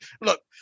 look